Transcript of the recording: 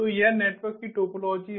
तो यह नेटवर्क की टोपोलॉजी है